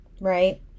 right